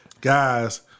Guys